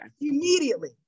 Immediately